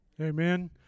Amen